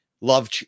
Love